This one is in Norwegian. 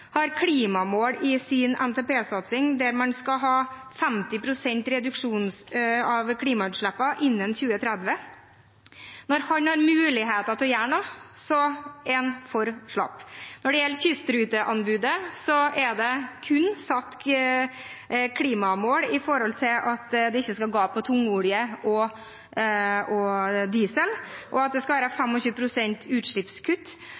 har klimamål i sin NTP-satsing, der man skal ha 50 pst. reduksjon av klimagassutslippene innen 2030. Men når han har muligheten til å gjøre noe, er han for slapp. Når det gjelder kystruteanbudet, er det kun satt klimamål om at det ikke skal gå på tungolje og diesel, at det skal være 25 pst. utslippskutt,